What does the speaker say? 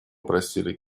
просили